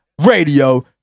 Radio